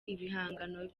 ibihangano